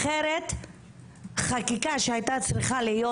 אחרת חקיקה שהיה צריכה להיות,